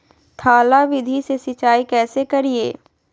थाला विधि से सिंचाई कैसे करीये?